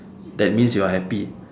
that means you are happy